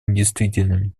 недействительными